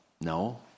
no